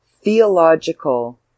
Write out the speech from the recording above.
theological